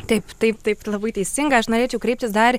taip taip taip labai teisingai aš norėčiau kreiptis dar